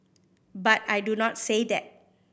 but I do not say that